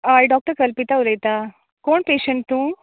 होय डोक्टर कल्पिता उलयता कोण पेशंट तूं